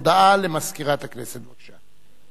הודעה למזכירת הכנסת, בבקשה.